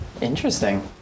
interesting